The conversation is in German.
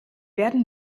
werden